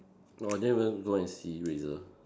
oh I didn't even go and see Razor